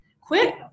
Quit